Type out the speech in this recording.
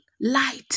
light